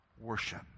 worship